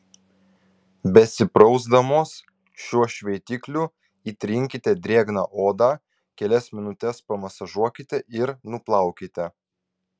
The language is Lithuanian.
besiprausdamos šiuo šveitikliu įtrinkite drėgną odą kelias minutes pamasažuokite ir nuplaukite